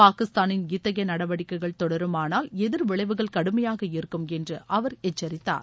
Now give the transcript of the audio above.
பாகிஸ்தானின் இத்தகைய நடவடிக்கைகள் தொடருமானால் எதிர் விளைவுகள் கடுமையாக இருக்கும் என்று அவர் எச்சரித்தாார்